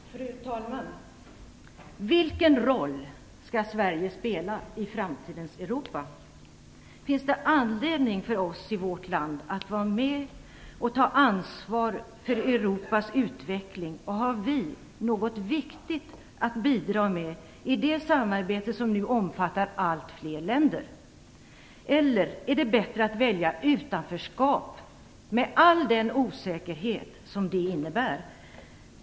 Fru talman! Vilken roll skall Sverige spela i framtidens Europa? Finns det anledning för oss i vårt land att vara med och ta ansvar för Europas utveckling, och har vi något viktigt att bidra med i det samarbete som nu omfattar allt fler länder? Eller är det bättre att välja utanförskap, med all den osäkerhet som det innebär?